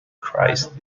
christ